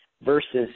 versus